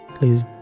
Please